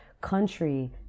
country